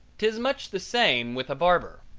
tis much the same with a barber.